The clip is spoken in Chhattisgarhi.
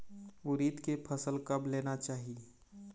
उरीद के फसल कब लेना चाही?